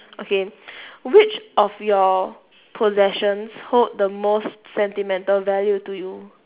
okay which of your possessions hold the most sentimental value to you